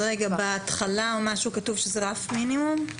בהתחלה כתוב שזה רף מינימום?